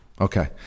Okay